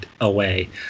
away